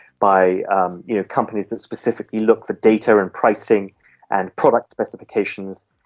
by um you know companies that specifically look for data and pricing and product specifications,